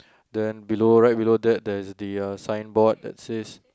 then below right below there there's the signboard that says